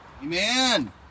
Amen